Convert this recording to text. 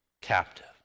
captive